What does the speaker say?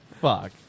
Fuck